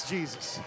Jesus